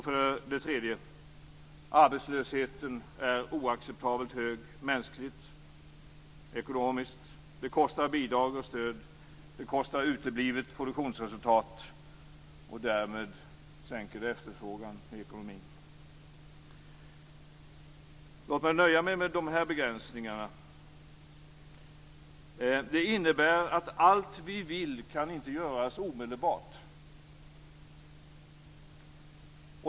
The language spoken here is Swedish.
För det tredje är arbetslösheten oacceptabelt hög mänskligt och ekonomiskt. Det kostar bidrag och stöd. Det kostar uteblivet produktionsresultat. Därmed sänks efterfrågan i ekonomin. Låt mig nöja mig med dessa begränsningar. Allt vi vill kan inte göras omedelbart.